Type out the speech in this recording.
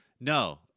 no